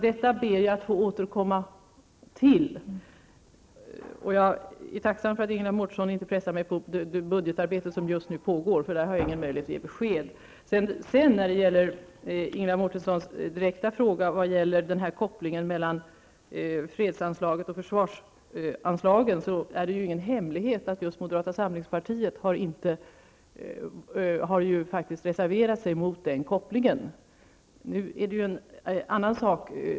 Detta ber jag att få återkomma till. Jag är tacksam för att Ingela Mårtensson inte pressar mig i frågor om det budgetarbete som just nu pågår. Jag har där ingen möjlighet att ge besked. Ingela Mårtensson tog upp kopplingen mellan fredsanslaget och försvarsanslaget. Det är ingen hemlighet att moderata samlingspartiet har reserverat sig mot den kopplingen. Nu är det dock en annan sak.